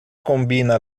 combina